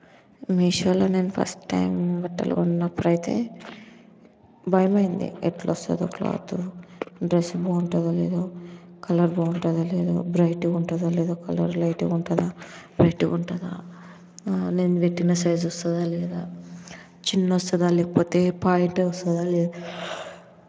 మీషోలో నేను first time బట్టలు కొన్నప్పుడైతే భయమైంది ఎట్లా వస్తుందో క్లాత్ డ్రస్ బాగుంటుందో లేదో కలర్ బాగుంటుందో లేదో బ్రైట్గా ఉంటుందో లేదో కలర్ లైటుగుంటుందా బ్రైట్గుంటుందా నేను పెట్టిన సైజ్ వస్తుందా లేదా చున్నీ వస్తుందా లేకపోతే ప్యాంట్ వస్తుందా లేదా